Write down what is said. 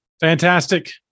Fantastic